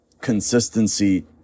consistency